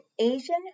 Asian